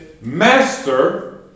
master